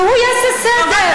והוא יעשה סדר.